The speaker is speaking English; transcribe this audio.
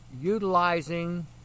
utilizing